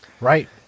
Right